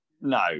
No